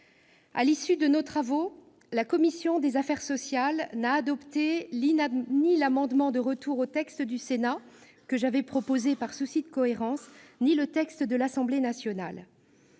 À l'issue de nos travaux, la commission des affaires sociales n'a adopté ni l'amendement de retour au texte du Sénat, que j'avais proposé par souci de cohérence, ni le texte de l'Assemblée nationale.